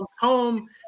home